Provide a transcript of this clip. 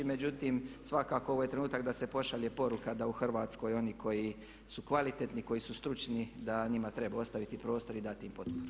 Međutim svakako ovo je trenutak da se pošalje poruka da u Hrvatskoj oni koji su kvalitetni i koji su stručni da njima treba ostaviti prostor i dati im potporu.